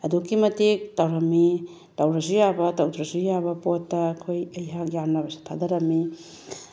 ꯑꯗꯨꯛꯀꯤ ꯃꯇꯤꯛ ꯇꯧꯔꯝꯃꯤ ꯇꯧꯔꯁꯨ ꯌꯥꯕ ꯇꯧꯗ꯭ꯔꯁꯨ ꯌꯥꯕ ꯄꯣꯠꯇ ꯑꯩꯈꯣꯏ ꯑꯩꯍꯥꯛ ꯌꯥꯝꯅꯃꯛꯁꯨ ꯊꯥꯊꯔꯝꯃꯤ